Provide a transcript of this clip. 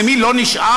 למי לא נשאר?